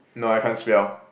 no I can't spell